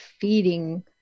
feeding